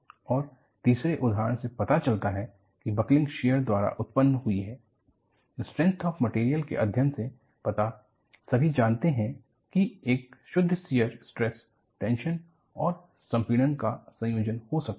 और तीसरे उदाहरण से पता चलता हैबकलिंग शियर द्वारा उत्तपन्न हुई है स्ट्रेंथ ऑफ मटेरियलस के अध्ययन से आप सभी जानते है कि एक शुद्ध शेयर स्ट्रेस टेंशन और संपीड़न का संयोजन हो सकता है